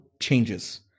changes